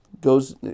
goes